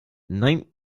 nein